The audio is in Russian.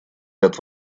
ряд